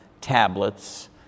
tablets